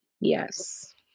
Yes